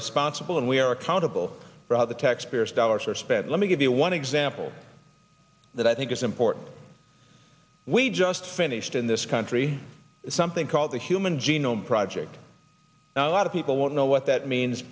responsible and we are accountable for the taxpayers dollars are spent let me give you one example that i think is important we just finished in this country something called the human genome project a lot of people won't know what that means